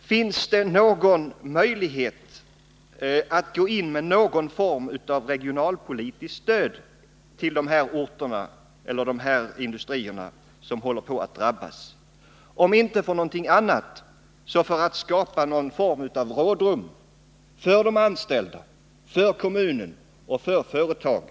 Är det inte möjligt gå in med någon form av regionalpolitiskt stöd till dessa orter och dessa industrier — om inte för någonting annat, så för att skapa någon form av rådrum för de anställda, för kommunen och för företaget?